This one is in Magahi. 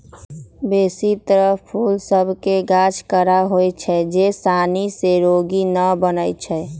बेशी तर फूल सभ के गाछ कड़ा होइ छै जे सानी से रोगी न बनै छइ